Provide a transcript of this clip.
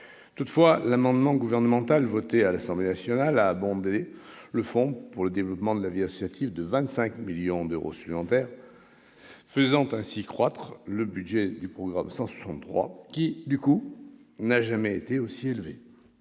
vote de l'amendement gouvernemental par l'Assemblée nationale a permis d'abonder le fonds pour le développement de la vie associative de 25 millions d'euros supplémentaires, faisant croître d'autant le budget du programme 163, qui, du coup, n'a jamais été aussi élevé.